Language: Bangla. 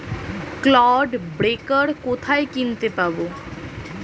ক্লড ব্রেকার কোথায় কিনতে পাব?